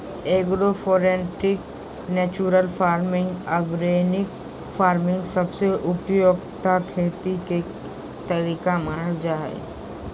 agro foresting, natural farming, organic farming सबसे उपयुक्त खेती के तरीका मानल जा हय